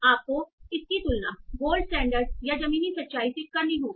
आपको इसकी तुलना गोल्ड स्टैंडर्ड या जमीनी सच्चाई से करनी होगी